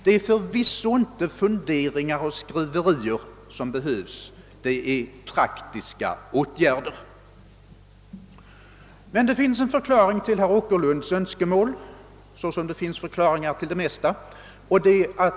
Det är förvisso inte funderingar och skriverier som behövs — det är praktiska åtgärder. Men det finns en förklaring till herr Åkerlunds önskemål liksom det finns förklaringar till det mesta.